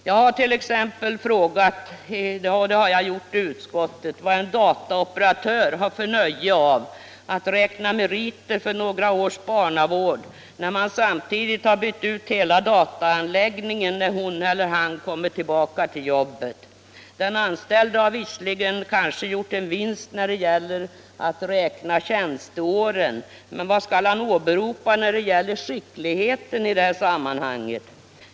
Jag har t.ex. i utskottet frågat vad en dataoperatör har för nytta av att räkna meriter för några års barnavård när samtidigt hela dataanläggningen har bytts ut när hon eller han kommer tillbaka till jobbet. Den anställde har kanske gjort en vinst när det gäller antalet tjänstår, men vad är det som kan åberopas beträffande skicklighet i det här sammanhanget?